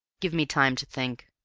give me time to think.